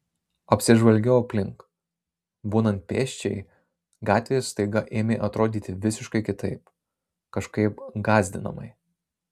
apsižvalgiau aplink būnant pėsčiai gatvės staiga ėmė atrodyti visiškai kitaip kažkaip gąsdinamai